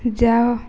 ଯାଅ